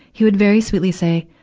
he would very sweetly say,